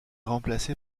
remplacé